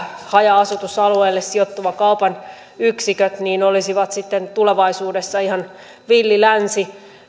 haja asutusalueille sijoittuvat kaupan yksiköt olisivat tulevaisuudessa ihan villi länsi